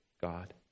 God